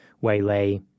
waylay